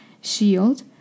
shield